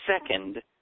Second